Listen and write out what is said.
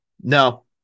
No